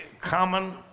common